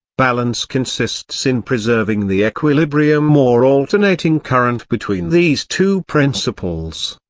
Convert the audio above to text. balance consists in preserving the equilibrium or alternating current between these two principles.